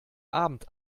abend